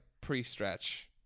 pre-stretch